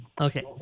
Okay